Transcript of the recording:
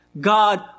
God